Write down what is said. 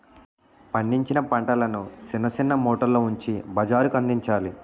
పండించిన పంటలను సిన్న సిన్న మూటల్లో ఉంచి బజారుకందించాలి